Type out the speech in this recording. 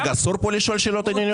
רגע, אסור פה לשאול שאלות ענייניות?